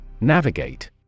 Navigate